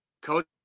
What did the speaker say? Coach